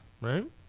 right